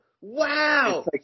Wow